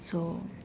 so